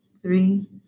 Three